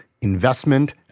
investment